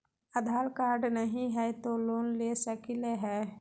आधार card नही हय, तो लोन ले सकलिये है?